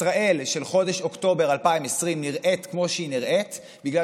ישראל של חודש אוקטובר 2020 נראית כמו שהיא נראית בגלל